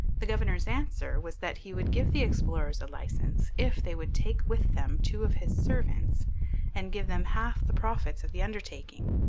the governor's answer was that he would give the explorers a licence if they would take with them two of his servants and give them half the profits of the undertaking.